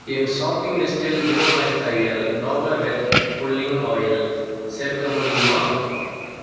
என் shopping லிஸ்டில் zero point five L Dabur red pulling oil சேர்க்க முடியுமா